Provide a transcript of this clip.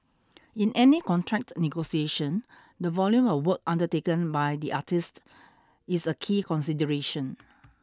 in any contract negotiation the volume of work undertaken by the artiste is a key consideration